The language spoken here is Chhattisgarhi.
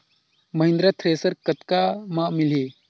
महिंद्रा थ्रेसर कतका म मिलही?